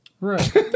Right